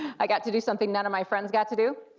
i got to do something none of my friends got to do,